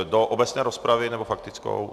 Do obecné rozpravy, nebo faktickou?